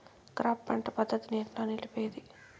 Crop పంట పద్ధతిని ఎట్లా నిలిపేది?